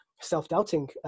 self-doubting